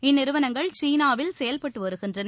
இந்நிறுவனங்கள் சீனாவில் செயல்பட்டு வருகின்றன